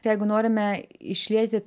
jeigu norime išlieti